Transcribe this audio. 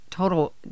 Total